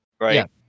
right